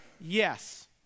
Yes